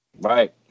Right